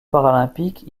paralympiques